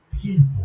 people